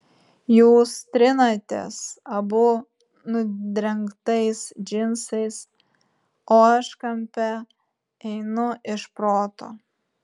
jūs trinatės abu nudrengtais džinsais o aš kampe einu iš proto